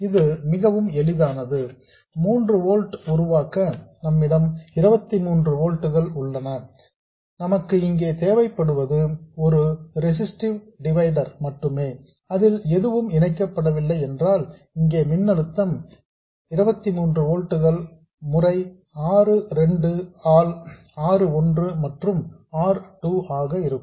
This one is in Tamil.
இது மிகவும் எளிதானது 3 ஓல்ட் உருவாக்க நம்மிடம் 23 ஓல்ட்ஸ் உள்ளது நமக்கு இங்கே தேவைப்படுவது ஒரு ரெசிஸ்ட்டிவ் டிவைடர் மட்டுமே அதில் எதுவும் இணைக்கப்படவில்லை என்றால் இங்கே மின்னழுத்தம் 23 ஓல்ட்ஸ் முறை R 2 ஆல் R 1 மற்றும் R 2 ஆக இருக்கும்